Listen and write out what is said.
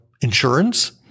insurance